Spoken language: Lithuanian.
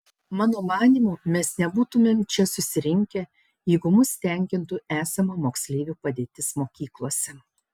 mano manymu mes nebūtumėm čia susirinkę jeigu mus tenkintų esama moksleivių padėtis mokyklose